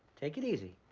take it easy.